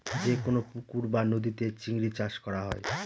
যেকোনো পুকুর বা নদীতে চিংড়ি চাষ করা হয়